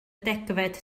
degfed